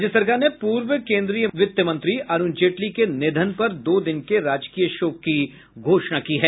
राज्य सरकार ने पूर्व केन्द्रीय वित्त मंत्री अरुण जेटली के निधन पर दो दिन के राजकीय शोक की घोषणा की है